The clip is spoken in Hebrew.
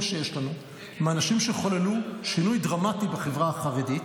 שיש לנו מאנשים שחוללו שינוי דרמטי בחברה החרדית,